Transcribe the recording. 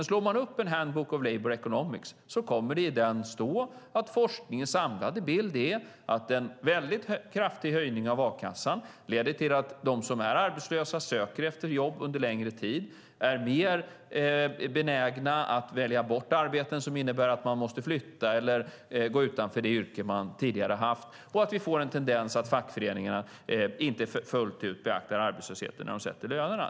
Slår man upp Handbook of Labour Economics kommer man i den att kunna läsa att forskningens samlade bild är att en kraftig höjning av a-kassan leder till att de som är arbetslösa söker efter jobb under längre tid, är mer benägna att välja bort arbeten som innebär att de måste flytta eller gå utanför det yrke de tidigare haft och att vi får en tendens att fackföreningarna inte fullt ut beaktar arbetslösheten när de sätter lönerna.